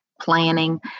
Planning